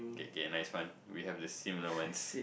K K nice one we have the similar ones